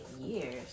years